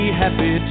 happy